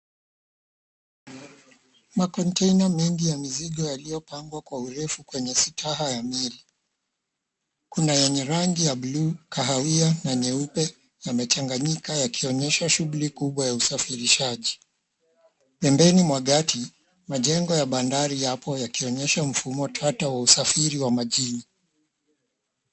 Makonteina mingi ya mizigo yaliyopangwa Kwa urefu kwenye sitaha ya Mjini. Kuna yenye rangi ya bluu, kahawia na nyeupe yamechanganyika yakionyesha shughuli Kubwa ya usafirishaji. Pembeni mwa gati majengo ya bandari yapo yakionyesha mfumo tata ya usafiri majini.